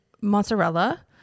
mozzarella